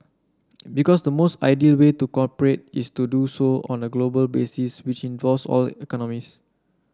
because the most ideal way to cooperate is to do so on a global basis which involves all economies